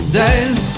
days